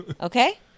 Okay